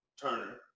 Turner